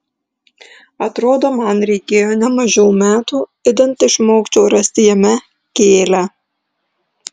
atrodo man reikėjo ne mažiau metų idant išmokčiau rasti jame kėlią